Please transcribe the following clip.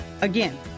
Again